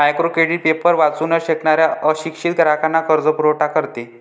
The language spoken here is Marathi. मायक्रो क्रेडिट पेपर वाचू न शकणाऱ्या अशिक्षित ग्राहकांना कर्जपुरवठा करते